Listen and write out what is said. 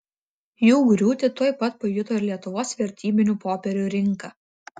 jų griūtį tuoj pat pajuto ir lietuvos vertybinių popierių rinka